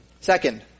Second